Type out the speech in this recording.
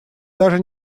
даже